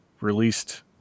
released